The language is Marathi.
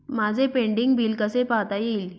माझे पेंडींग बिल कसे पाहता येईल?